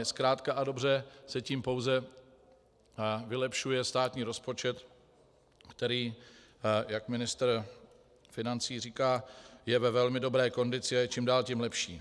Zkrátka a dobře se tím pouze vylepšuje státní rozpočet, který, jak ministr financí říká, je ve velmi dobré kondici a je čím dál tím lepší.